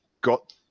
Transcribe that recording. got